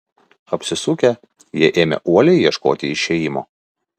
apsisukę jie ėmė uoliai ieškoti išėjimo